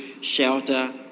shelter